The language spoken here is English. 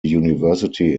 university